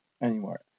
anymore